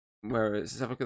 whereas